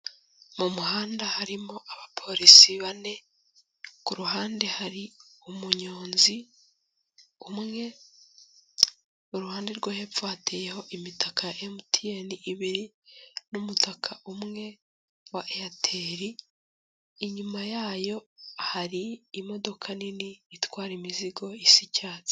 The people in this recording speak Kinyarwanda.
Mu muhanda harimo abapolisi bane, ku ruhande hari umunyonzi umwe, mu ruhande rwo hepfo hateyeho imitaka ya MTN ibiri n'umutaka umwe wa Eyateri, inyuma yayo hari imodoka nini itwara imizigo, isa icyatsi.